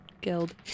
Guild